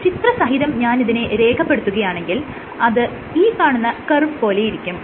ഒരു ചിത്രസഹിതം ഞാനിതിനെ രേഖപെടുത്തുകയാണെങ്കിൽ അത് ഈ കാണുന്ന കർവ് പോലെയിരിക്കും